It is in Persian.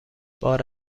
بار